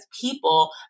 people